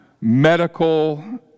medical